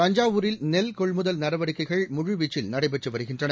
தஞ்சாவூரில் நெல் கொள்முதல் நடவடிக்கைகள் முழுவீச்சில் நடைபெற்றுவருகின்றன